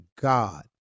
God